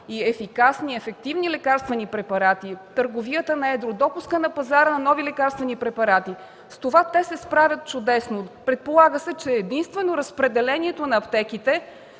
и ефикасни, ефективни лекарствени препарати, търговията на едро, допуска на пазара на нови лекарствени препарати – с това те се справят чудесно. Предполага се, че единствено разпределението на аптеките